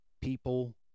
people